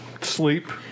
sleep